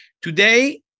Today